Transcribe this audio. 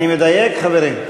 אני מדייק, חברים?